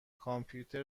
کامپیوتر